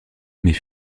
mais